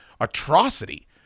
atrocity